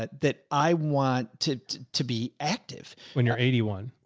but that i want to to be active when you're eighty one,